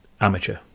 amateur